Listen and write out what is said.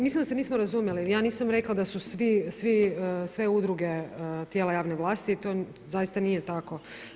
Mislim da se nismo razumjeli, ja nisam rekla da su svi, sve udruge tijela javne vlasti, to zaista nije tako.